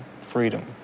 freedom